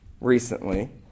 recently